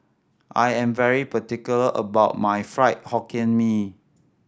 I am very particular about my Fried Hokkien Mee